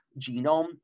genome